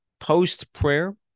post-prayer